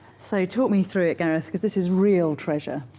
so talk me through it, gareth, because this is real treasure.